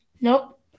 Nope